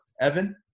Evan